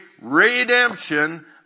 redemption